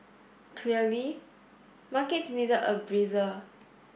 clearly markets needed a breather